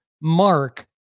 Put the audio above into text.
mark